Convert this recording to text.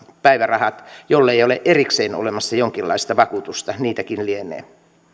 päivärahat jollei ole erikseen olemassa jonkinlaista vakuutusta niitäkin lienee